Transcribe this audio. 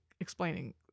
Explaining